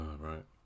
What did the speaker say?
right